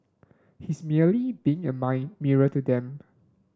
he's merely being a my mirror to them